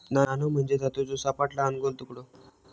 नाणो म्हणजे धातूचो लहान, सपाट, गोल तुकडो